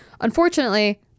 unfortunately